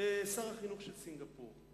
שר החינוך של סינגפור.